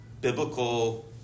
biblical